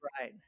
Right